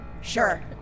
Sure